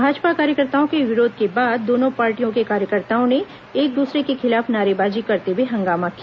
भाजपा कार्यकर्ताओं के विरोध के बाद दोनों पार्टियों के कार्यकर्ताओं ने एक दूसरे के खिलाफ नारेबाजी करते हुए हंगामा किया